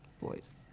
Boys